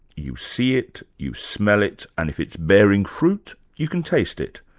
you see it, you smell it, and, if it's bearing fruit, you can taste it.